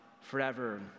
forever